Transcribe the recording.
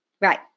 Right